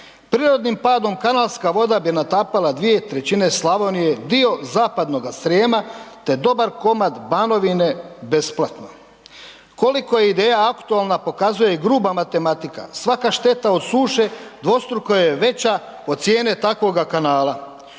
Prirodnim padom kanalska voda bi natapala 2/3 Slavonije, dio Zapadnoga Srijema te dobar komad Banovine besplatno. Koliko je ideja aktualna pokazuje i gruba matematika. Svaka šteta od suše dvostruko je veća od cijene takvoga kanala.